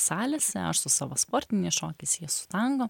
salėse aš su savo sportiniais šokiais jis su tango